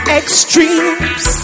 extremes